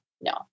no